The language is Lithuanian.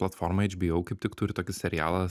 platforma hbo kaip tik turi tokį serialą